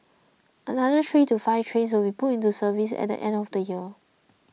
another three to five trains will put into service at end of the year